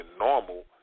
normal